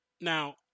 Now